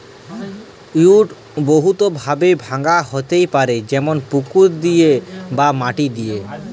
weed বহুত ভাবে ভাঙা হ্যতে পারে যেমল পুকুর দিয়ে বা মাটি দিয়ে